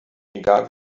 egal